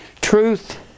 Truth